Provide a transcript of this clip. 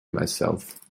myself